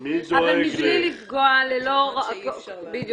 כי הוא כבר מקבל את העדכון.